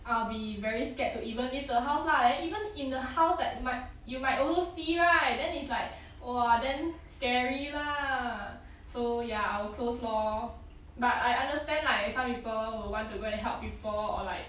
I'll be very scared to even leave the house lah and even in the house that might you might also see right then it's like !wah! damn scary lah so ya I'll close lor but I understand like some people will want to go and help people or like